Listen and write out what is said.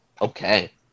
Okay